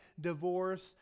divorce